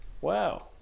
wow